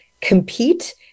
compete